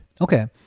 Okay